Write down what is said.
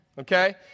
okay